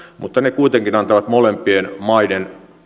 mutta ne kuitenkin antavat molempien maiden